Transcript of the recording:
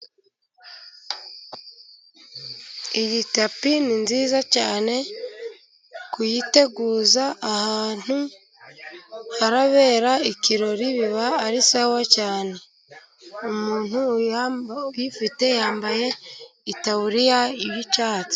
Iyi tapi ni nziza cyane kuyiteguza ahantu harabera ikirori, biba ari sawa cyane. Umuntu uyifite yambaye itaburiya y'icyatsi.